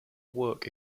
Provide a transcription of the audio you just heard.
work